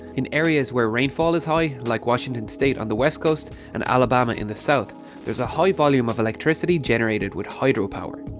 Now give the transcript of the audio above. in areas where rainfall is high like washington state on the west coast and alabama in the south there is a high volume of electricity generated with hydropower.